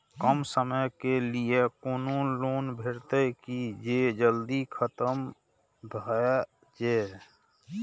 कम समय के लीये कोनो लोन भेटतै की जे जल्दी खत्म भे जे?